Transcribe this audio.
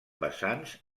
vessants